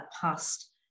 past